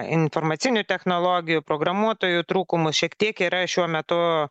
informacinių technologijų programuotojų trūkumus šiek tiek yra šiuo metu